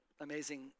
amazing